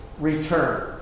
return